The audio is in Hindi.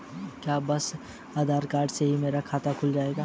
क्या बस आधार कार्ड से ही मेरा खाता खुल जाएगा?